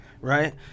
Right